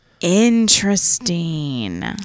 Interesting